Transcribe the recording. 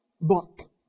book